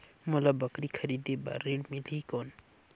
मोला बकरी खरीदे बार ऋण मिलही कौन?